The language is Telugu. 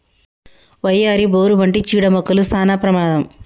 వయ్యారి, బోరు వంటి చీడ మొక్కలు సానా ప్రమాదం